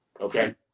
Okay